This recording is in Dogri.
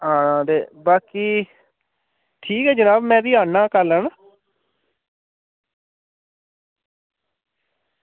हां ते बाकी ठीक ऐ जनाब में बी आन्ना कल है ना